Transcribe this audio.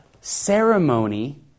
ceremony